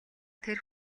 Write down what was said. тэр